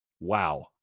Wow